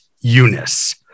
Eunice